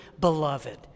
beloved